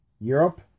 Europe